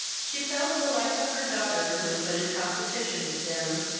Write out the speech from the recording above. she felt the life of her daughter, when put in competition with them,